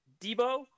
Debo